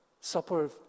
supper